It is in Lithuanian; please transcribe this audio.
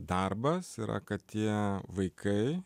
darbas yra kad tie vaikai